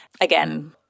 again